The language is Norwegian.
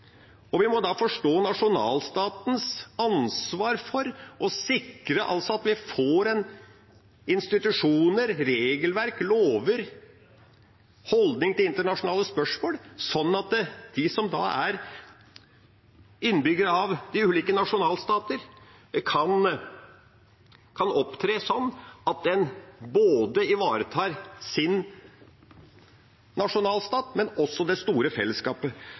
Vi må da forstå nasjonalstatens ansvar for å sikre at vi får institusjoner, regelverk, lover og holdninger til internasjonale spørsmål sånn at de som er innbyggere av de ulike nasjonalstater, kan opptre sånn at en ivaretar sin nasjonalstat, men også det store fellesskapet.